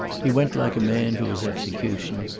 he went like a man to his execution,